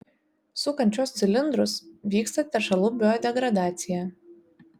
sukant šiuos cilindrus vyksta teršalų biodegradacija